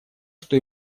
что